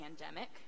pandemic